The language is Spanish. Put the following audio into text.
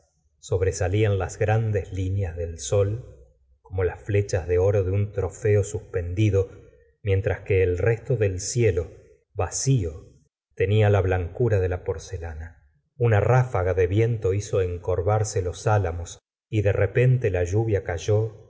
sobresalían las grandes líneas del sol como las flechas dé oro de un trofeo suspendido mientras que el resto del cielo vacío tenia la blancura de la porcalana una ráfaga de viento hizo encorvarse los álamos y de repente la lluvia cayó